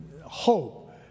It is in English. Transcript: hope